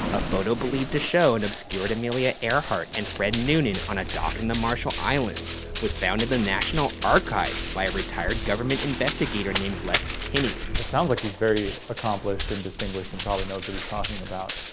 a photo believed to show an obscured amelia earhart and fred noonan on a dock in the marshall islands was found at the national archives by retired government investigator named les kinney. it sounds like he's very accomplished and distinguished and probably knows what he's talking about.